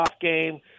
game